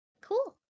Cool